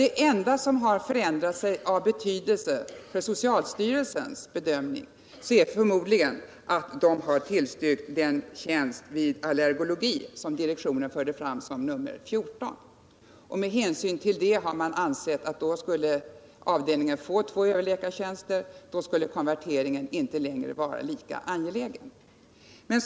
Det enda som har förändrat sig av betydelse för socialstyrelsens bedömning är förmodligen att styrelsen har tillstyrkt den tjänst i invärtes allergologi som direktionen förde fram som nr 14 i prioriteringsordningen. Men hänsyn till det har man ansett att eftersom avdelningen då skulle ha fått två överläkartjänster skulle konverteringen inte längre vara lika angelägen.